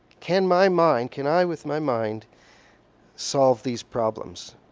can my mind, can i with my mind solve these problems?